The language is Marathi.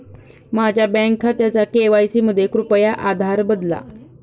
माझ्या बँक खात्याचा के.वाय.सी मध्ये कृपया आधार बदला